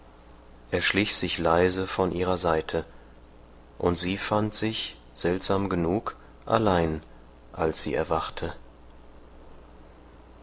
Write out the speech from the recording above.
er schlich sich leise von ihrer seite und sie fand sich seltsam genug allein als sie erwachte